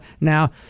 Now